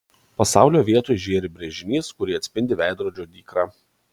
pasaulio vietoj žėri brėžinys kurį atspindi veidrodžio dykra